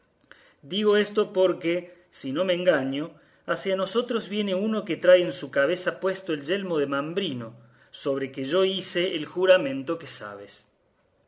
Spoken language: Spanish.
digo esto porque si no me engaño hacia nosotros viene uno que trae en su cabeza puesto el yelmo de mambrino sobre que yo hice el juramento que sabes